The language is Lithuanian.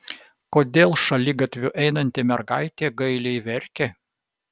kodėl šaligatviu einanti mergaitė gailiai verkia